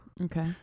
Okay